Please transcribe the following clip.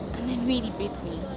and then really beat me.